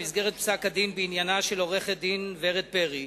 במסגרת פסק-הדין בעניינה של עורכת-דין ורד פרי,